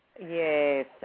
Yes